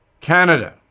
Canada